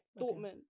Dortmund